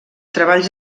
treballs